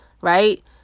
right